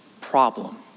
problem